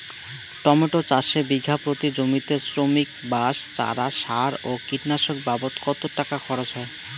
Tomato চাষে বিঘা প্রতি জমিতে শ্রমিক, বাঁশ, চারা, সার ও কীটনাশক বাবদ কত টাকা খরচ হয়?